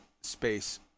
space